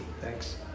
Thanks